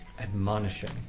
Admonishing